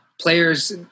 players